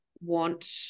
want